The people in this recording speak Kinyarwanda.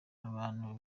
abantu